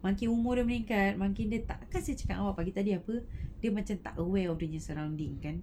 makin meningkat makin dia tak kan saya cakap dengan awak tadi apa dia macam tak aware of the surrounding kan